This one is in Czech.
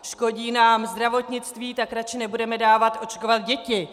Škodí nám zdravotnictví, tak radši nebudeme dávat očkovat děti.